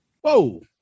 whoa